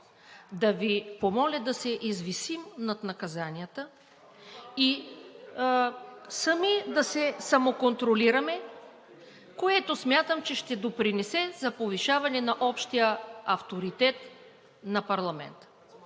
да Ви помоля да се извисим над наказанията и сами да се самоконтролираме, което смятам, че ще допринесе за повишаване на общия авторитет на парламента.